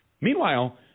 Meanwhile